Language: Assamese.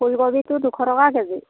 ফুলকবিটো দুশ টকা কে জি